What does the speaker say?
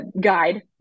guide